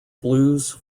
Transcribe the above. blues